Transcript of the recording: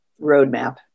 roadmap